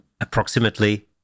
approximately